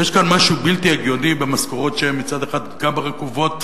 ויש כאן משהו בלתי הגיוני במשכורות שהן מצד אחד גם רקובות,